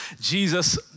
Jesus